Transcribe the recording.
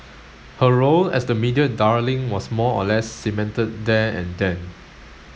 her role as the media darling was more or less cemented there and then